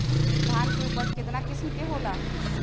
धान के उपज केतना किस्म के होला?